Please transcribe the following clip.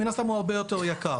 מן הסתם הוא הרבה יותר יקר.